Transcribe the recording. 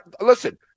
listen